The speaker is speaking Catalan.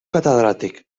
catedràtic